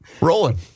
rolling